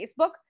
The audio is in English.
Facebook